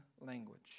language